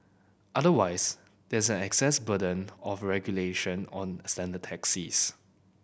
otherwise there is an access burden of regulation on standard taxis